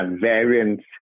variants